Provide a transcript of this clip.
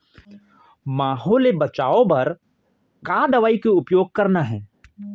माहो ले बचाओ बर का दवई के उपयोग करना हे?